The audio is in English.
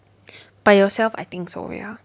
by yourself I think so ya